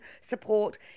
support